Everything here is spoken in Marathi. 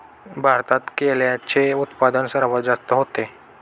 भारतात केळ्यांचे उत्पादन सर्वात जास्त होते